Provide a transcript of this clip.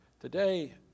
Today